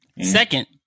Second